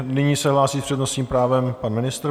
Nyní se hlásí s přednostním právem pan ministr.